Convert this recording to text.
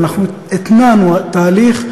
ואנחנו התנענו תהליך,